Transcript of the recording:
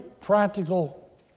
practical